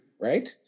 right